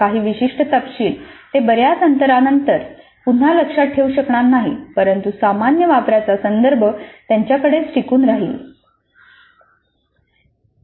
काही विशिष्ट तपशील ते बर्याच अंतरानंतर पुन्हा लक्षात ठेवू शकणार नाहीत परंतु सामान्य वापराचा संदर्भ त्यांच्याकडेच टिकून राहील